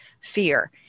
fear